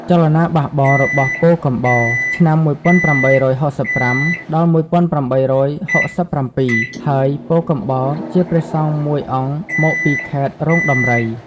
ចលនាបះបោររបស់ពោធិកំបោរ (ឆ្នាំ ១៨៦៥-១៨៦៧) ហើយ ពោធិកំបោរជាព្រះសង្ឃមួយអង្គមកពីខេត្តរោងដំរី។